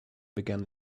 began